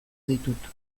ditut